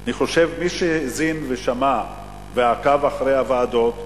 אני חושב שמי שהאזין ושמע ועקב אחרי הוועדות,